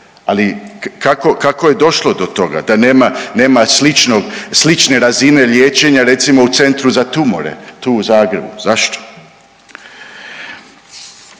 ali kako je došlo do toga da nema slične razine liječenja recimo u centru za tumore tu u Zagrebu? Zašto?